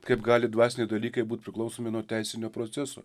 kaip gali dvasiniai dalykai būt priklausomi nuo teisinio proceso